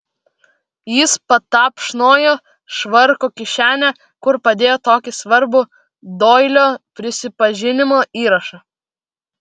jis patapšnojo švarko kišenę kur padėjo tokį svarbų doilio prisipažinimo įrašą